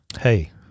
Hey